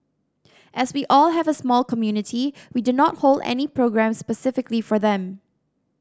as we all have a small community we do not hold any programmes specifically for them